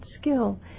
skill